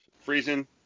freezing